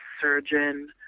surgeon